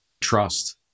trust